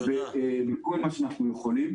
בכל מה שאנחנו יכולים,